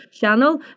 channel